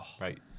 Right